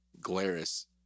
Glarus